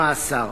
ממאסר.